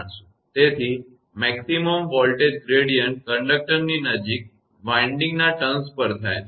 તેથી મહત્તમ voltage gradient કંડક્ટરની નજીક વિન્ડિંગના ટર્ન્સ પર થાય છે